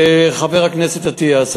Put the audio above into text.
חבר הכנסת אטיאס,